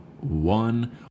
one